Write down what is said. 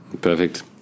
Perfect